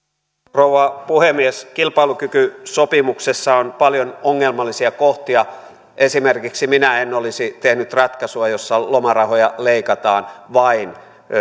rouva puhemies kilpailukykysopimuksessa on paljon ongelmallisia kohtia esimerkiksi minä en olisi tehnyt ratkaisua jossa lomarahoja leikataan vain